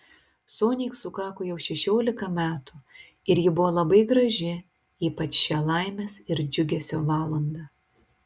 soniai sukako jau šešiolika metų ir ji buvo labai graži ypač šią laimės ir džiugesio valandą